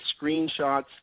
screenshots